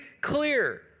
clear